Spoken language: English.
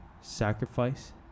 sacrifice